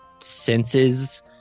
senses –